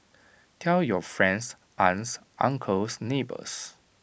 tell your friends aunts uncles neighbours